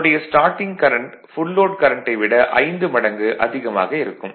அதனுடைய starting current full load கரண்ட்டை விட 5 மடங்கு அதிகமாக இருக்கும்